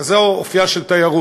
כזה הוא אופייה של תיירות.